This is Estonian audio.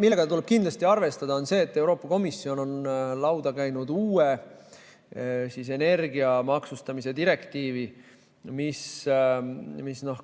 millega tuleb kindlasti arvestada, on see, et Euroopa Komisjon on lauda käinud uue energia maksustamise direktiivi, mis